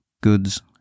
Goods